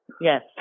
Yes